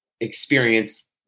experience